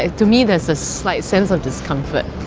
ah to me there's a slight sense of discomfort.